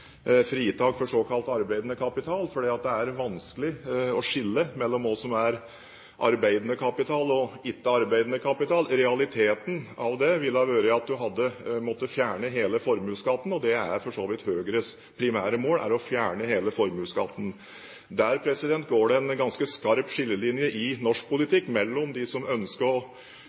fritak for såkalt arbeidende kapital, for det er vanskelig å skille mellom hva som er arbeidende kapital og ikke arbeidende kapital. Realiteten av det ville ha vært at du hadde måttet fjerne hele formuesskatten – og det er for så vidt Høyres primære mål. Der går det en ganske skarp skillelinje i norsk politikk mellom dem som ønsker å